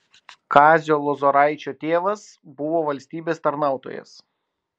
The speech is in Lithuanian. kazio lozoraičio tėvas buvo valstybės tarnautojas